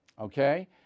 Okay